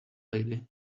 lady